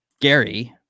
Gary